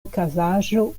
okazaĵo